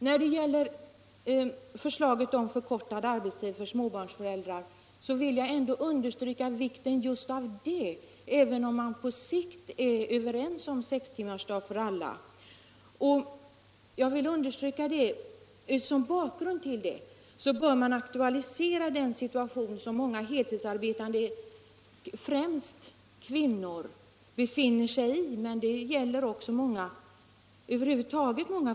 När det gäller förslaget om förkortad arbetstid för småbarnsföräldrar vill jag ändå understryka vikten just av det även om man på sikt är överens om sextimmarsdag för alla. Som bakgrund till detta bör man aktualisera den situation som många heltidsarbetande föräldrar, främst kvinnor, befinner sig i.